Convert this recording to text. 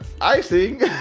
Icing